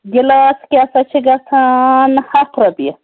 glass کیٛاہ سا چھِ گژھان ہَتھ رۄپیہِ